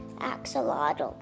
axolotl